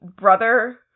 brother